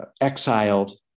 exiled